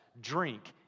drink